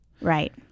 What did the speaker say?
Right